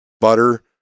butter